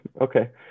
Okay